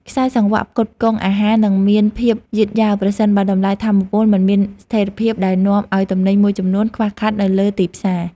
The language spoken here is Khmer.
ខ្សែសង្វាក់ផ្គត់ផ្គង់អាហារនឹងមានភាពយឺតយ៉ាវប្រសិនបើតម្លៃថាមពលមិនមានស្ថិរភាពដែលនាំឱ្យទំនិញមួយចំនួនខ្វះខាតនៅលើទីផ្សារ។